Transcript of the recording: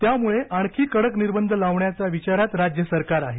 त्यामुळे आणखी कडक निर्बंध लावण्याच्या विचारात राज्य सरकार आहे